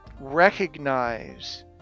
recognize